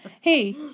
Hey